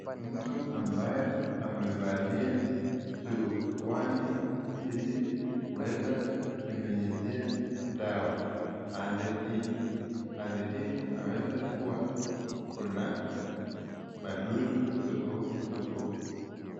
Mtu ambaye amevalia surupwenye ili kuweza kunyunyizia dawa pande hii, pande hii kunaweza kuwa kuna madudu tofauti tofauti.